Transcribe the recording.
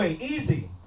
easy